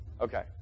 Okay